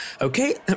okay